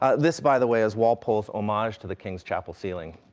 ah this, by the way, is walpole's homage to the king's chapel ceiling.